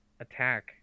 attack